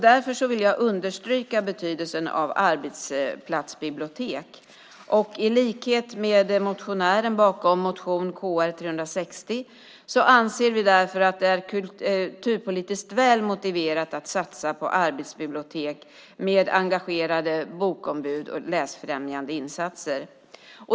Därför vill jag understryka betydelsen av arbetsplatsbibliotek, och i likhet med motionären bakom Kr360 anser vi därför att det är kulturpolitiskt väl motiverat att satsa på arbetsplatsbibliotek med engagerade bokombud och läsfrämjande insatser.